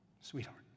Sweetheart